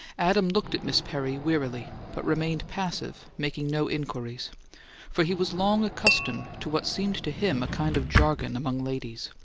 adams looked at miss perry wearily, but remained passive, making no inquiries for he was long accustomed to what seemed to him a kind of jargon among ladies,